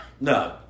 No